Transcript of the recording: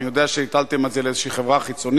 אני יודע שהטלתם את זה על איזושהי חברה חיצונית.